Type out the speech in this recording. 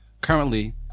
currently